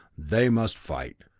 they must fight.